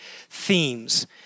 themes